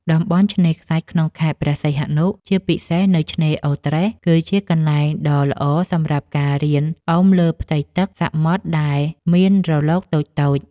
តំបន់ឆ្នេរខ្សាច់ក្នុងខេត្តព្រះសីហនុ ជាពិសេសនៅឆ្នេរអូរត្រេះ គឺជាកន្លែងដ៏ល្អសម្រាប់ការរៀនអុំលើផ្ទៃទឹកសមុទ្រដែលមានរលកតូចៗ។